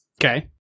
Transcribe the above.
Okay